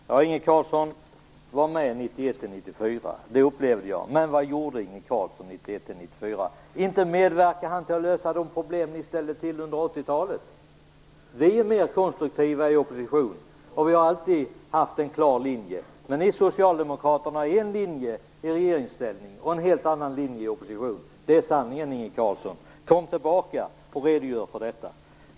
Fru talman! Inge Carlsson var med 1991-94, det upplevde jag. Men vad gjorde Inge Carlsson 1991 94? Inte medverkade han till att lösa de problem hans parti ställde till med under 80-talet! Vi är mer konstruktiva i opposition, och vi har alltid haft en klar linje. Ni socialdemokrater har en linje i regeringsställning och en helt annan linje i opposition. Det är sanningen, Inge Carlsson. Kom tillbaka och redogör för detta!